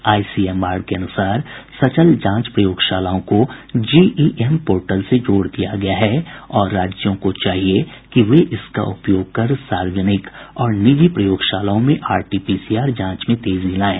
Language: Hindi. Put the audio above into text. आईसीएमआर के अनुसार सचल जांच प्रयोगशालाओं को जीईएम पोर्टल से जोड़ दिया गया है और राज्यों को चाहिए कि वे इसका उपयोग कर सार्वजनिक और निजी प्रयोगशालाओं में आरटी पीसीआर जांच में तेजी लाएं